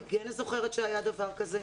אני כן זוכרת שהיה דבר כזה.